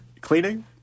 cleaning